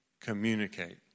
communicate